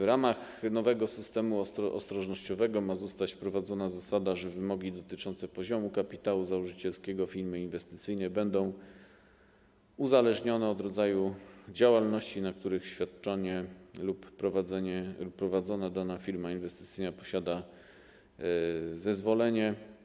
W ramach nowego systemu ostrożnościowego ma zostać wprowadzona zasada, że wymogi dotyczące poziomu kapitału założycielskiego firmy inwestycyjnej będą uzależnione od rodzaju działalności, na których świadczenie lub prowadzenie dana firma inwestycyjna posiada zezwolenie.